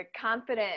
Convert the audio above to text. confident